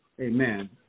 amen